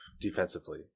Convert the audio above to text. defensively